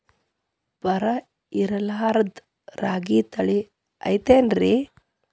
ಬರ ಇರಲಾರದ್ ರಾಗಿ ತಳಿ ಐತೇನ್ರಿ?